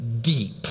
deep